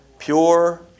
Pure